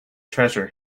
treasure